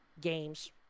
games